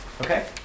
Okay